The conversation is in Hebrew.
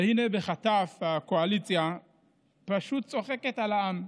והינה, בחטף, הקואליציה פשוט צוחקת על העם.